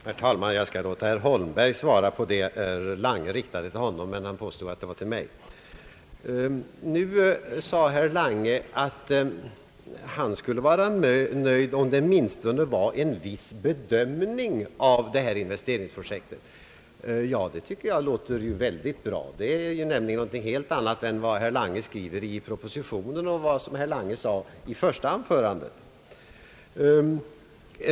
Herr talman! Jag skall låta herr Holmberg svara på det som herr Lange riktade till honom men påstod att han riktade till mig. Nu sade herr Lange att han skulle vara nöjd om det åtminstone blev en viss bedömning av investeringsprojektet. Ja, det tycker jag låter väldigt bra — det är någonting helt annat än vad herr Lange skriver i propositionen och vad han sade i sitt första anförande.